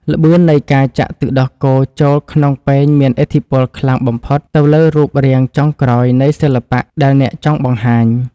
ល្បឿននៃការចាក់ទឹកដោះគោចូលក្នុងពែងមានឥទ្ធិពលខ្លាំងបំផុតទៅលើរូបរាងចុងក្រោយនៃសិល្បៈដែលអ្នកចង់បង្ហាញ។